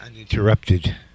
Uninterrupted